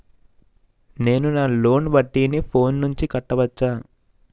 నేను నా లోన్ వడ్డీని ఫోన్ నుంచి కట్టవచ్చా?